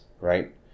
right